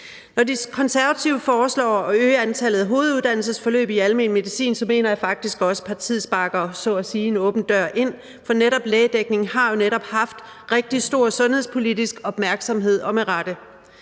Når De Konservative foreslår at øge antallet af hoveduddannelsesforløb i almen medicin, mener jeg faktisk også, at partiet så at sige sparker en åben dør ind, for netop lægedækningen har jo haft rigtig stor sundhedspolitisk opmærksomhed og med rette.